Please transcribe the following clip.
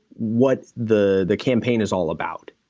what the the campaign is all about,